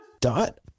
Dot